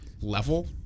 level